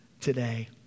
today